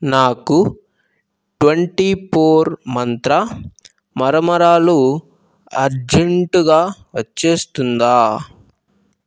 నాకు twenty four మంత్ర మరమరాలు అర్జెంటుగా వచ్చేస్తుందా